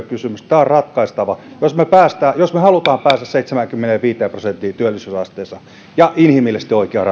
kysymys tämä on ratkaistava jos me haluamme päästä seitsemäänkymmeneenviiteen prosenttiin työllisyysasteessa ja inhimillisesti oikeaan